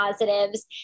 positives